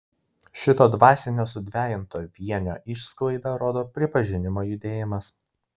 šito dvasinio sudvejinto vienio išsklaidą rodo pripažinimo judėjimas